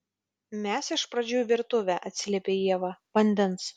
mes iš pradžių į virtuvę atsiliepia ieva vandens